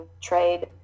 trade